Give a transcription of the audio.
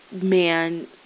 man